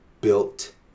built